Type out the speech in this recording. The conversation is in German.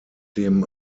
dem